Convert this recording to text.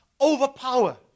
overpower